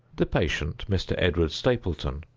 the patient, mr. edward stapleton,